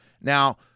Now